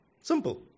Simple